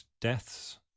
deaths